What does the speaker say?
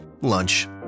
Lunch